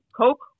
Coke